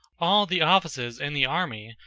all the offices in the army,